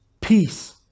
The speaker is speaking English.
Peace